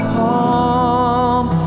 home